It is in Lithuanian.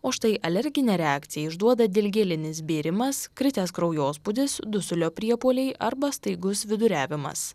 o štai alerginę reakciją išduoda dilgėlinis bėrimas kritęs kraujospūdis dusulio priepuoliai arba staigus viduriavimas